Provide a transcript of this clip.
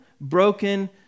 broken